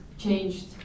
Changed